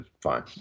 fine